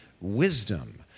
wisdom